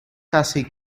casi